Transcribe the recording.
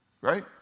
right